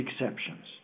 exceptions